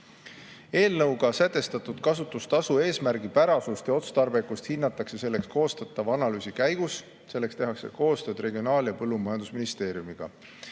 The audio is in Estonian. Eelnõuga sätestatud kasutustasu eesmärgipärasust ja otstarbekust hinnatakse selleks koostatava analüüsi käigus. Selleks tehakse koostööd Regionaal‑ ja Põllumajandusministeeriumiga.